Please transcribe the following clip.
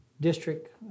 district